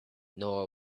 nor